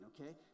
okay